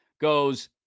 goes